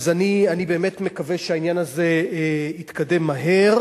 אז אני באמת מקווה שהעניין הזה יתקדם מהר